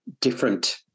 different